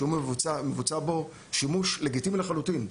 כשמבוצע בו שימוש לגיטימי לחלוטין,